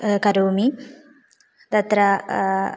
करोमि तत्र